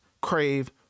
crave